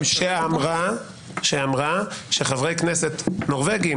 שאמרה שחברי כנסת נורבגים,